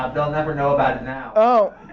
they'll never know about it now oh.